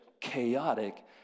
chaotic